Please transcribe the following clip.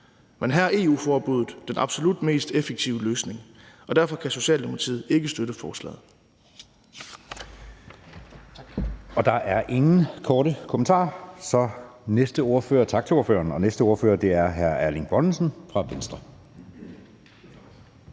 Men her er EU-forbuddet den absolut mest effektive løsning, og derfor kan Socialdemokratiet ikke støtte forslaget.